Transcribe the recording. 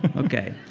okay.